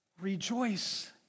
Rejoice